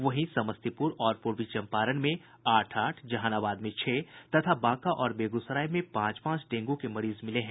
वहीं समस्तीपुर और पूर्वी चम्पारण में आठ आठ जहानाबाद में छह तथा बांका और बेगूसराय में पांच पांच डेंगू के मरीज मिले हैं